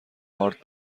آرد